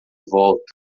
volta